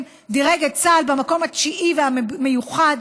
דירג את צה"ל במקום התשיעי והמיוחד,